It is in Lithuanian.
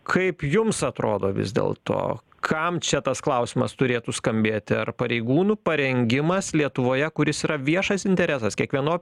kaip jums atrodo vis dėl to kam čia tas klausimas turėtų skambėti ar pareigūnų parengimas lietuvoje kuris yra viešas interesas kiekvieno